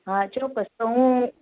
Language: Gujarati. હા ચોક્કસ તો હુ